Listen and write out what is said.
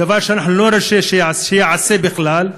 דבר שאנחנו לא נרשה שייעשה בכלל,